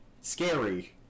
Scary